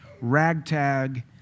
ragtag